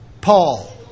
Paul